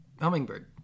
hummingbird